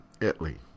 Italy